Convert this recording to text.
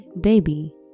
baby